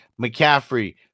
McCaffrey